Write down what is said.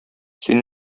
син